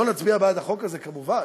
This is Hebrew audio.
לא נצביע בעד החוק הזה, כמובן,